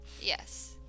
Yes